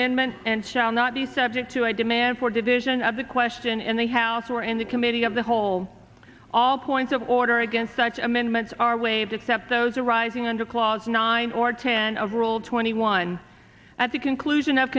mendment and shall not be subject to i demand for division of the question in the house or in the committee of the whole all points of order against such amendments are waived except those arising under clause nine or ten of rule twenty one at the conclusion of